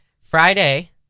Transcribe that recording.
Friday